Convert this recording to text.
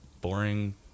boring